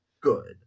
good